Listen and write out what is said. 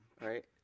Right